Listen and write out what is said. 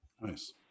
nice